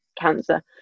cancer